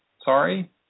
Sorry